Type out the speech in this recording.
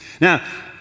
Now